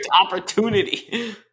opportunity